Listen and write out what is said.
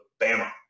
Bama